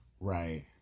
Right